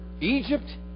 Egypt